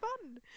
fun